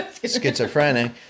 schizophrenic